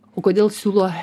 o kodėl siūlo